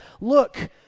Look